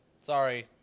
sorry